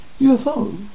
UFO